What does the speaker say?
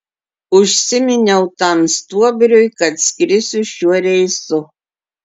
užsiminiau tam stuobriui kad skrisiu šiuo reisu